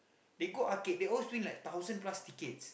they go arcade they always win like thousand plus tickets